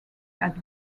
had